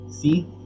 see